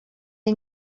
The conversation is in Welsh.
ein